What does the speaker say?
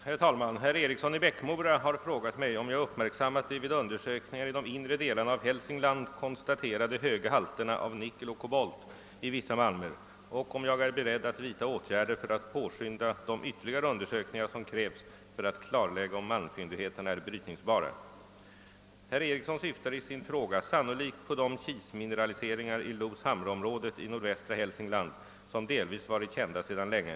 Herr talman! Herr Eriksson i Bäckmora har frågat mig om jag uppmärksammat de vid undersökningar i de inre delarna av Hälsingland konstaterade höga halterna av nickel och kobolt i vissa malmer och om jag är beredd att vidta åtgärder för att påskynda : de ytterligare undersökningar som krävs för att klarlägga om malmfyndigheterna är brytningsbara. Herr Eriksson syftar i sin fråga sannolikt på de kismineraliseringar i Los Hamra-området i nordvästra Hälsingland som delvis varit kända sedan länge.